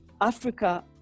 Africa